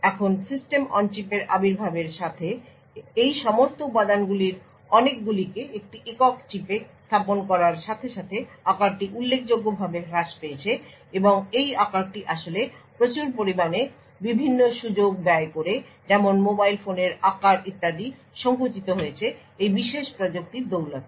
এখন system on চিপের আবির্ভাবের সাথে এবং এই সমস্ত উপাদানগুলির অনেকগুলিকে একটি একক চিপে স্থাপন করার সাথে সাথে আকারটি উল্লেখযোগ্যভাবে হ্রাস পেয়েছে এবং এই আকারটি আসলে প্রচুর পরিমাণে বিভিন্ন সুযোগ ব্যয় করে যেমন মোবাইল ফোনের আকার ইত্যাদি সঙ্কুচিত হয়েছে এই বিশেষ প্রযুক্তির দৌলতে